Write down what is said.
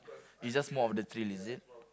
is just more of the thrill is it